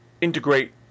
integrate